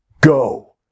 Go